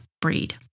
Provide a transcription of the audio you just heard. breed